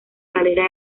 calera